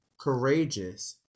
courageous